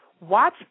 Watch